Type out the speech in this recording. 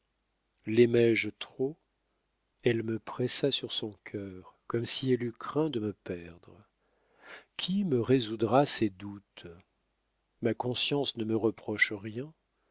ami laimé je trop elle me pressa sur son cœur comme si elle eût craint de me perdre qui me résoudra ces doutes ma conscience ne me reproche rien